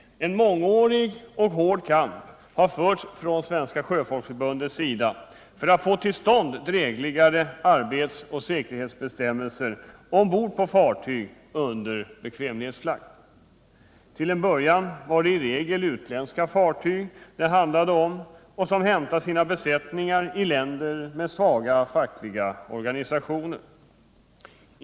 En mångårig och hård kamp har förts från Svenska sjöfolksförbundets sida för att få till stånd drägligare arbetsoch säkerhetsbestämmelser ombord på fartyg under bekvämlighetsflagg. Till en början var det i regel utländska fartyg det handlade om, som hämtade sina besättningar i länder med svaga fackliga organisationer.